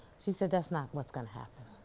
she said, that's not what's gonna happen,